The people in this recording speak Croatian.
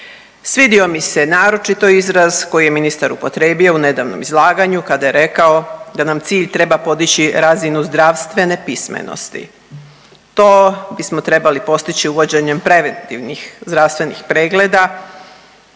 Svidio mi se naročito izraz koji je ministar upotrebio u nedavnom izlaganju kada je rekao da nam cilj treba podići razinu zdravstvene pismenosti. To bismo trebali postići uvođenjem preventivnih zdravstvenih pregleda